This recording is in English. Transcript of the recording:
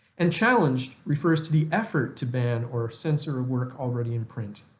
and challenged refers to the effort to ban or censor work already in print.